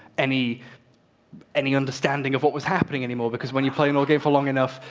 any any understanding of what was happening anymore, because when you play an old game for long enough,